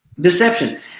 deception